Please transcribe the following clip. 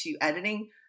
editing